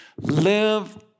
live